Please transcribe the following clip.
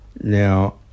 now